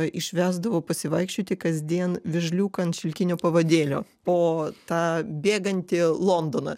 išvesdavo pasivaikščioti kasdien vėžliuką ant šilkinio pavadėlio po tą bėgantį londoną